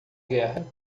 guerra